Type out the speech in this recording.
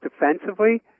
defensively